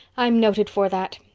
i'm noted for that.